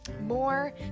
more